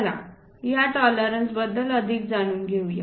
चला या टॉलरन्सबद्दल अधिक जाणून घेऊया